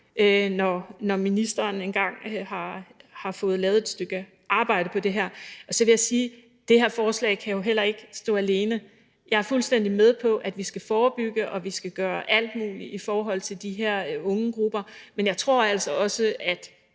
når ministeren engang har fået lavet et stykke arbejde med det her. Så vil jeg sige, at det her forslag jo ikke kan stå alene. Jeg er fuldstændig med på, at vi skal forebygge, og at vi skal gøre alt muligt i forhold til de her unge grupper, men jeg tror altså også, at